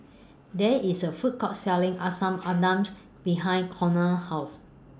There IS A Food Court Selling Asam Pedas behind Conard's House